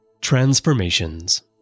Transformations